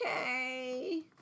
okay